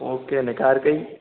okay અને car કઈ